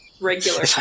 regular